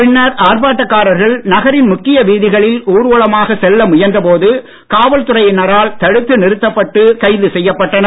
பின்னர் ஆர்ப்பாட்டக் காரர்கள் நகரின் முக்கிய வீதிகளில் ஊர்வலமாக செல்ல முயன்ற போது காவல்துறையினரால் தடுத்து நிறுத்தப்பட்டு கைது செய்யப்பட்டனர்